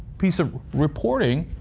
piece of reporting,